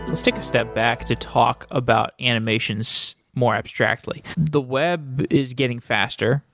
and step step back to talk about animations more abstractly. the web is getting faster,